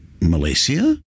Malaysia